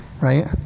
right